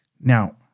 Now